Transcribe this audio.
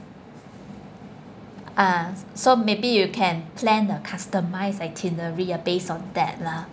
ah so maybe you can plan a customised itinerary uh based on that lah